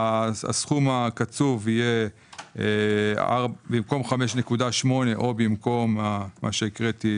הסכום הקצוב - במקום 5.8 או במקום מה שהקראתי,